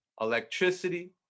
Electricity